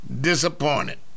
disappointed